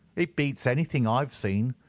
it beats anything i have seen,